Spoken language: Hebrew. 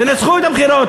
תנצחו את הבחירות,